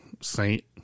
Saint